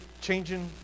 changing